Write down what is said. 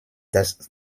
das